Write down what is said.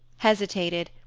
hesitated,